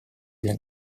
для